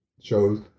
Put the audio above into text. shows